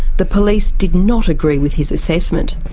the police did not agree with his assessment.